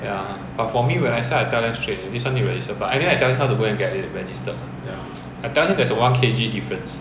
ya but for me when I sell I tell them straight this one need to register but anyway I tell him how to get it registered I tell him there is a one K_G difference